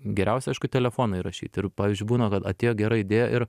geriausia aišku į telefoną įrašyt ir pavyzdžiui būna kad atėjo gera idėja ir